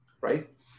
right